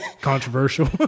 controversial